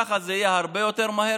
ככה זה יהיה הרבה יותר מהר.